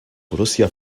borussia